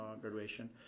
graduation